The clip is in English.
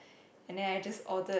and then I just ordered